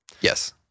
Yes